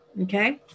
Okay